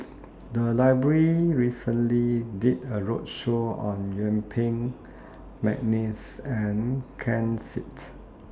The Library recently did A roadshow on Yuen Peng Mcneice and Ken Seet